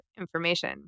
information